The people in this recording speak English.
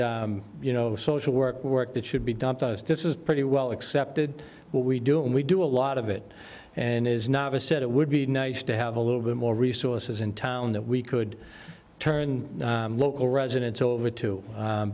you know social work work that should be done this is pretty well accepted what we do and we do a lot of it and is not a set it would be nice to have a little bit more resources in town that we could turn local residents over to